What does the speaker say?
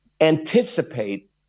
anticipate